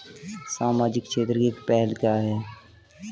सामाजिक क्षेत्र की पहल क्या हैं?